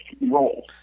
role